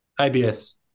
ABS